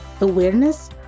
awareness